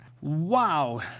wow